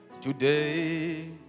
today